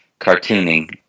cartooning